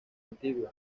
antiguo